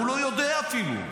הוא לא יודע אפילו.